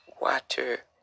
water